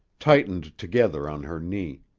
tightened together on her knee.